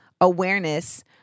awareness